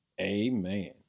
amen